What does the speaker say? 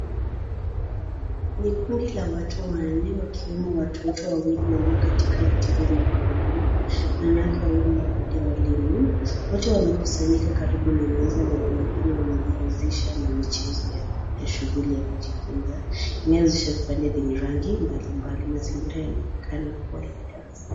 NI kundi la watu wanne wakiwemo watoto wawili walio katika viti vya magurudumu. Wanawake wawili labda walimu. Wote wamekusanyika karibu na meza na inaonekana wanajihusisha na michezo ya shughuli ya kujifunza inayohusisha vipande vyenye rangi mbalimbali. Mazingira yanaonekana kuwa ya darasa.